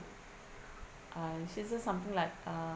uh she said something like uh